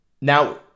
Now